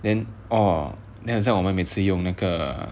then orh then 好像我们每次用那个